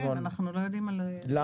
למה אתה שואל?